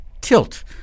tilt